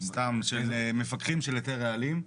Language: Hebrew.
סתם, של מפקחים של היתר רעלים.